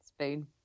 spoon